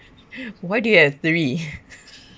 why do you have three